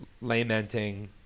lamenting